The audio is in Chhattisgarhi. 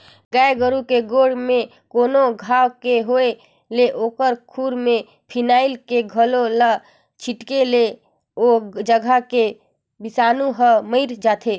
गाय गोरु के गोड़ म कोनो घांव के होय ले ओखर खूर में फिनाइल के घोल ल छींटे ले ओ जघा के बिसानु हर मइर जाथे